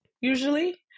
Usually